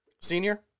Senior